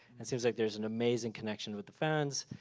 it seems like there's an amazing connection with the fans.